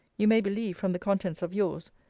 you may believe, from the contents of yours,